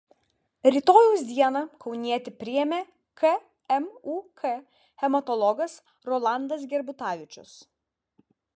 rytojaus dieną kaunietį priėmė kmuk hematologas rolandas gerbutavičius